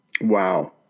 Wow